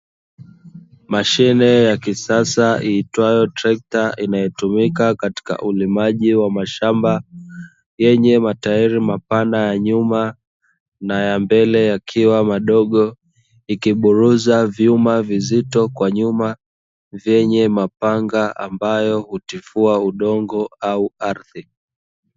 Mashine ya kisasa iitwayo trekta, inayotumika katika ulimaji wa mashamba yenye matairi mapana ya nyuma, na ya mbele yakiwa madogo. Ikiburuza vyuma vizito kwa nyuma, vyenye mapanga ambayo hutifuwa udongo au ardhi.